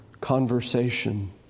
conversation